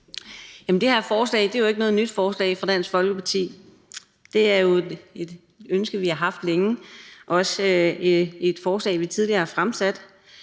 det. Det her forslag er jo ikke noget nyt forslag fra Dansk Folkeparti. Det er jo et ønske, vi har haft længe, og også et forslag, vi tidligere har fremsat.